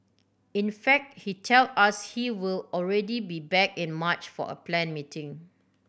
in fact he tell us he will already be back in March for a plan meeting